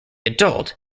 adult